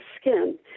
skin